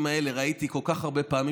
הוא רק חסינות.